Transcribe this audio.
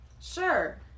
sure